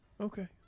Okay